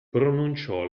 pronunciò